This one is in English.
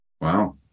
Wow